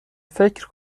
فکر